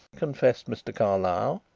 confessed mr. carlyle.